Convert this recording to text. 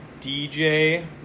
DJ